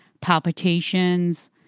palpitations